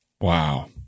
Wow